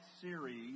series